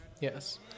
Yes